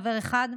חבר אחד,